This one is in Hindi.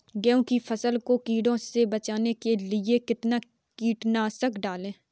गेहूँ की फसल को कीड़ों से बचाने के लिए कितना कीटनाशक डालें?